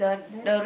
then